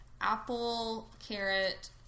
apple-carrot